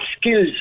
skills